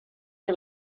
que